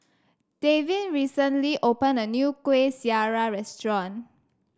Davin recently opened a new Kuih Syara Restaurant